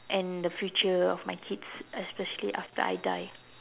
and the future of my kids especially after I die